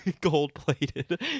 Gold-plated